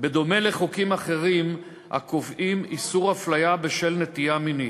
בדומה לחוקים אחרים הקובעים איסור אפליה בשל נטייה מינית.